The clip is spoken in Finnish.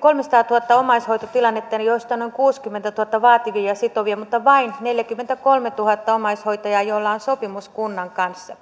kolmesataatuhatta omaishoitotilannetta joista noin kuusikymmentätuhatta vaativia ja sitovia mutta vain neljäkymmentäkolmetuhatta omaishoitajaa joilla on sopimus kunnan kanssa